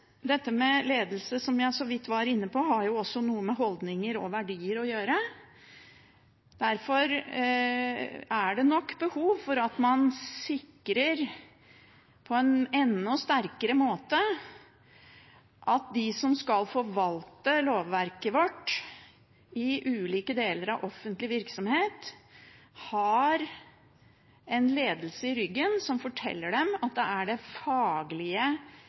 verdier å gjøre. Derfor er det behov for at man sikrer på en enda sterkere måte at de som skal forvalte lovverket vårt i ulike deler av offentlig virksomhet, har en ledelse i ryggen som forteller dem at det er det